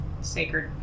sacred